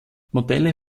modelle